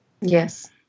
Yes